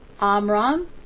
Amram